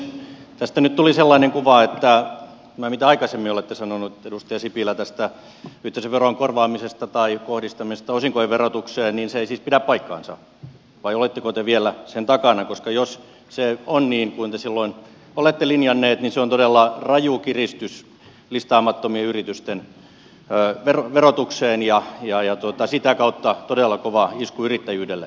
tästä nyt tuli sellainen kuva että tämä mitä aikaisemmin olette sanonut edustaja sipilä tästä yhteisöveron korvaamisesta tai kohdistamisesta osinkojen verotukseen ei siis pidä paikkaansa vai oletteko te vielä sen takana koska jos se on niin kuin te silloin olette linjanneet niin se on todella raju kiristys listaamattomien yritysten verotukseen ja sitä kautta todella kova isku yrittäjyydelle